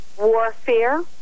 warfare